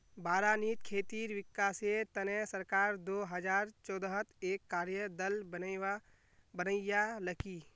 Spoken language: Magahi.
बारानीत खेतीर विकासेर तने सरकार दो हजार चौदहत एक कार्य दल बनैय्यालकी